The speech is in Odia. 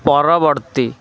ପରବର୍ତ୍ତୀ